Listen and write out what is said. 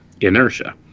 inertia